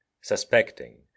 suspecting